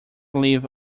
live